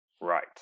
Right